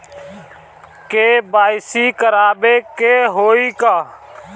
KYC करावे के होई का?